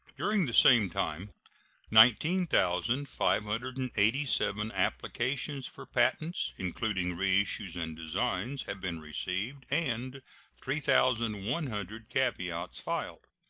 during the same time nineteen thousand five hundred and eighty seven applications for patents, including reissues and designs, have been received and three thousand one hundred caveats filed.